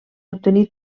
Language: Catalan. obtenir